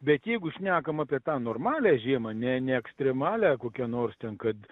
bet jeigu šnekam apie tą normalią žiemą ne ne ekstremalią kokią nors ten kad